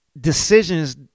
decisions